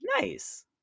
nice